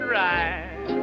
right